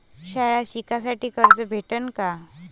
शाळा शिकासाठी कर्ज भेटन का?